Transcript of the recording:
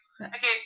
Okay